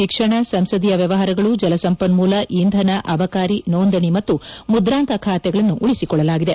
ಶಿಕ್ಷಣ ಸಂಸದೀಯ ವ್ಯವಹಾರಗಳು ಜಲಸಂಪನ್ನೂಲ ಇಂಧನ ಅಬಕಾರಿ ನೊಂದಣಿ ಮತ್ತು ಮುದ್ರಾಂಕ ಖಾತೆಗಳನ್ನು ಉಳಿಸಿಕೊಳ್ಳಲಾಗಿದೆ